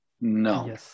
No